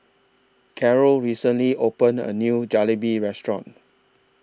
Carole recently opened A New Jalebi Restaurant